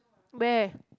where